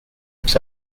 but